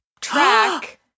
track